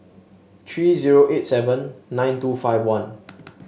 three zero eight seven nine two five one